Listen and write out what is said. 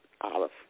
Olive